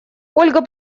ольга